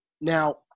now